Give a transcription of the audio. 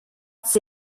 thc